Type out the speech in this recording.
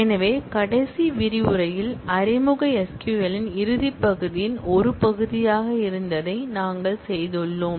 எனவே கடைசி விரிவுரையில் அறிமுக SQL இன் இறுதிப் பகுதியின் ஒரு பகுதியாக இருந்ததை நாங்கள் செய்துள்ளோம்